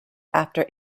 after